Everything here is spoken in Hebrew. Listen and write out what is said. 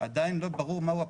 עדיין לא ברור מהו הפרויקט.